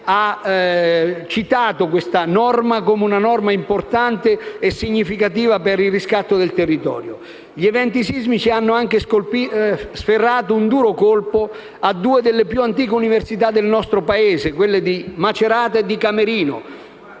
ha definito questa norma importante e significativa per il riscatto del territorio. Gli eventi sismici hanno colpito e sferrato un duro colpo a due delle più antiche università del nostro paese - e l'università di Macerata e Camerino